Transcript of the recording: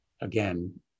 again